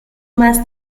más